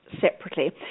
separately